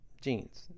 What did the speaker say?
genes